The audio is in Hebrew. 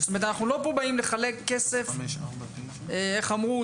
זאת אומרת, אנחנו לא פה באים לחלק כסף, איך אמרו?